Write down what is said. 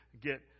get